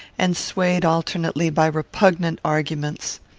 and swayed alternately by repugnant arguments.